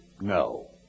no